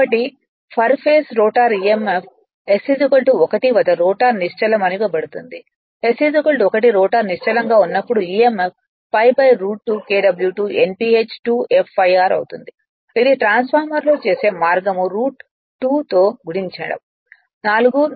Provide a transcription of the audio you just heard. కాబట్టి per phase rotor emf s 1 వద్ద rotor నిశ్చలం అని ఇవ్వబడుతుంది s 1 రోటర్ నిశ్చలం గా ఉన్నప్పుడు emf pi √ 2 Kw2 Nph 2 f ∅r అవుతుంది ఇది ట్రాన్స్ఫార్మర్ లో చేసే మార్గం √ 2 తో గుణించడం 4